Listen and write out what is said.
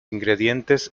ingredientes